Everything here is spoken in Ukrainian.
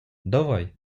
давай